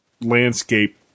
landscape